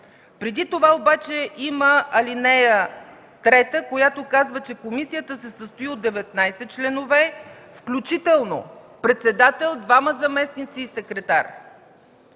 Преди това обаче има ал. 3, която казва, че комисията се състои от 19 членове, включително председател, двама заместници и секретар.